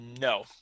No